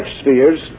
spheres